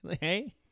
hey